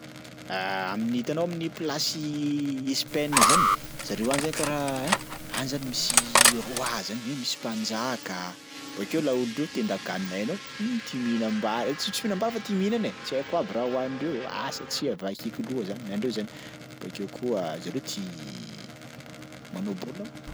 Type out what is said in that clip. Amin'ny hitanao amin'ny plasy Espaina zany zareo any zany karaha ein any zany misy roi zany he misy mpanjaka, bakeo laolo reo tendan-kanina hainao um ty mihinam-bary ts- tsy mihinam-bary fa tia mihinana e. Tsy haiko aby raha hohanindreo, asa tsy avakiako loha zany, ny andreo zany. Bakeo koa zareo tia manao baolina, karakaraha zany.